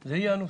זה יהיה הנוסח.